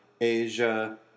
Asia